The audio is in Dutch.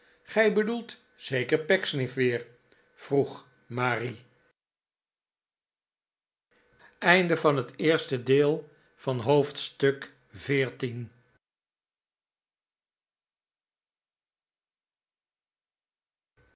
gij bedoelt zeker pecksniff weer vroeg marie